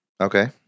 Okay